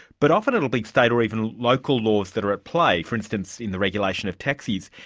but often it will be state or even local laws that are at play, for instance in the regulation of taxis.